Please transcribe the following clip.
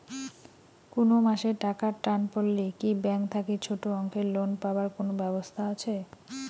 কুনো মাসে টাকার টান পড়লে কি ব্যাংক থাকি ছোটো অঙ্কের লোন পাবার কুনো ব্যাবস্থা আছে?